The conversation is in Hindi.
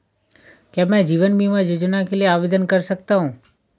क्या मैं जीवन बीमा योजना के लिए आवेदन कर सकता हूँ?